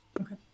Okay